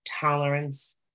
tolerance